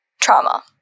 trauma